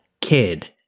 kid